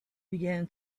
began